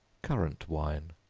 currant wine.